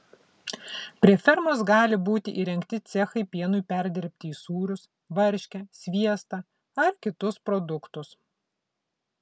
prie fermos gali būti įrengti cechai pienui perdirbti į sūrius varškę sviestą ar kitus produktus